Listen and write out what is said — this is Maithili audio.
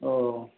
ओ